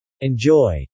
Enjoy